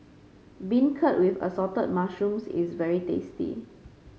beancurd with Assorted Mushrooms is very tasty